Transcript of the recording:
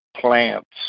Plants